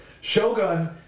Shogun